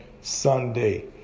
Sunday